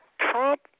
Trump